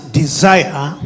desire